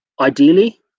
Ideally